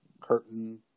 curtain